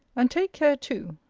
and take care too,